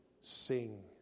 sing